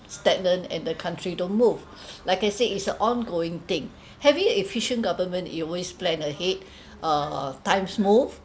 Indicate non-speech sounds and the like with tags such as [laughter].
stagnant and the country don't move [breath] like I said it's a ongoing thing [breath] having a efficient government it always plan ahead [breath] uh times move